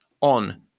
on